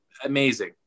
Amazing